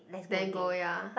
then go ya